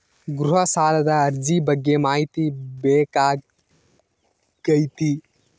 ಗೃಹ ಸಾಲದ ಅರ್ಜಿ ಬಗ್ಗೆ ಮಾಹಿತಿ ಬೇಕಾಗೈತಿ?